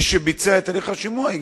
שלא מספיק שימוע,